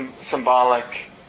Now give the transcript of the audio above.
symbolic